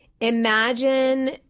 imagine